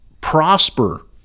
prosper